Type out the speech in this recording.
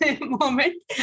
moment